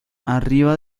arriba